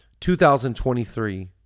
2023